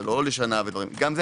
האמירה